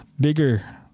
bigger